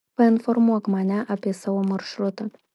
painformuok mane apie savo maršrutą